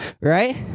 right